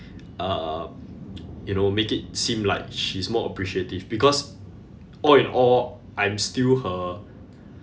uh you know make it seem like she's more appreciative because all in all I'm still her